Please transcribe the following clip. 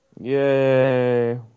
Yay